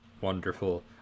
wonderful